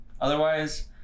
otherwise